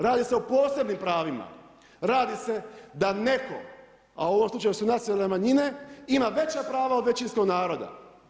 Radi se o posebnim pravima, radi se da netko a u ovom slučaju su nacionalne manjine ima veća prava od većinskog naroda.